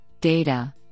data